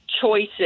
choices